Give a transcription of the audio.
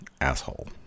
Asshole